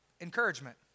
encouragement